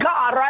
God